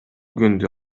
күндү